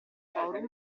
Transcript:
forum